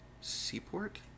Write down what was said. seaport